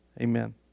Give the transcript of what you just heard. Amen